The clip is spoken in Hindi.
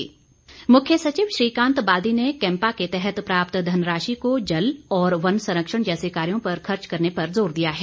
मुख्य सचिव मुख्य सचिव श्रीकांत बाल्दी ने कैम्पा के तहत प्राप्त धनराशि को जल और वन संरक्षण जैसे कार्यो पर खर्च करने पर जोर दिया है